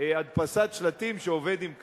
הדפסת שלטים שעובד עם קדימה,